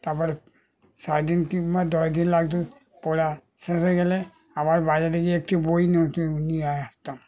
তার পরে সারা দিন কিংবা দশ দিন লাগত পড়া শেষ হয়ে গেলে আবার বাজারে গিয়ে একটি বই নতুন নিয়ে আসতাম